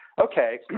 okay